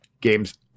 games